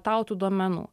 tau tų duomenų